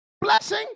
Blessing